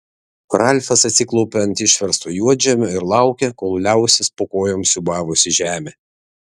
ralfas atsiklaupė ant išversto juodžemio ir laukė kol liausis po kojom siūbavusi žemė